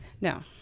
No